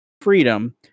freedom